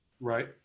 Right